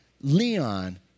Leon